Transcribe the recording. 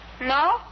No